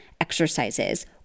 exercises